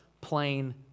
plain